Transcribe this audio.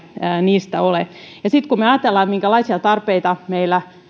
ole ja sitten kun me ajattelemme minkälaisia tarpeita meillä